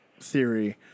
theory